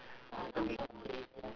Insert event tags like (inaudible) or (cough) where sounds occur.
(noise)